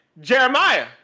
Jeremiah